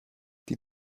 die